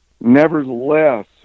Nevertheless